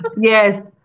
Yes